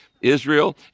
Israel